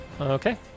Okay